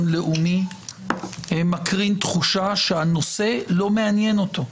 לאומי מקרין תחושה שהנושא לא מעניין אותו.